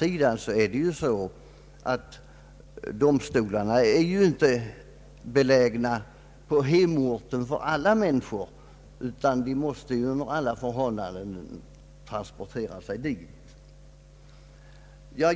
Vidare är det ju så att domstolarna inte är belägna på hemorten för alla människor, vilket i många fall nödvändiggör resor.